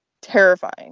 terrifying